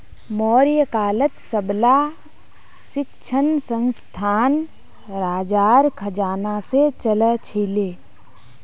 मौर्य कालत सबला शिक्षणसंस्थान राजार खजाना से चलअ छीले